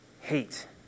hate